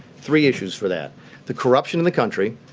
three issues for that the corruption in the country,